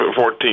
14